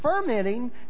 fermenting